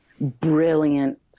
brilliant